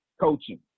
coaching